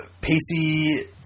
Pacey